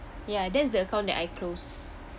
ya that's the account that I close